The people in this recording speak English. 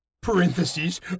Parentheses